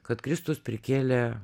kad kristus prikėlė